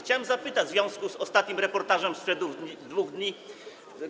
Chciałem zapytać w związku z ostatnim reportażem, sprzed 2 dni,